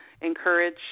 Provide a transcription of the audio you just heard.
encourage